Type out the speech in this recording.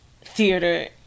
theater